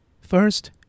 First